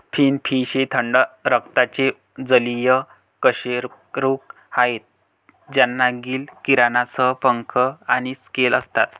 finfish हे थंड रक्ताचे जलीय कशेरुक आहेत ज्यांना गिल किरणांसह पंख आणि स्केल असतात